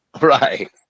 Right